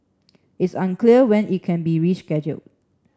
it's unclear when it can be rescheduled